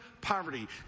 poverty